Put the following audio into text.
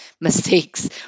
mistakes